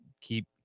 keep